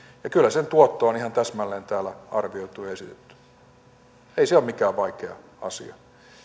ja kyllä sen tuotto on ihan täsmälleen täällä arvioitu ja esitetty ei se ole mikään vaikea asia